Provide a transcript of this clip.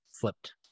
flipped